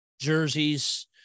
jerseys